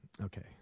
Okay